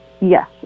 Yes